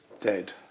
dead